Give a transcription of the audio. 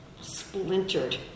splintered